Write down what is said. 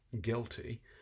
guilty